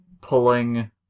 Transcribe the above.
pulling